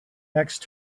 next